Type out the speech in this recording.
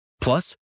Plus